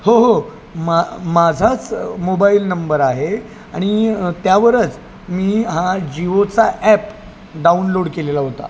हो हो मा माझाच मोबाईल नंबर आहे आणि त्यावरच मी हा जिओचा ॲप डाउनलोड केलेला होता